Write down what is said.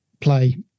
play